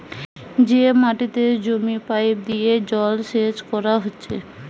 যে মাটিতে জমির পাইপ দিয়ে জলসেচ কোরা হচ্ছে